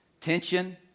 Tension